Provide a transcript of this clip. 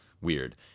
Weird